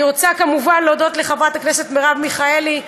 אני רוצה כמובן להודות לחברת הכנסת מרב מיכאלי,